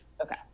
okay